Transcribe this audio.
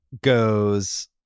goes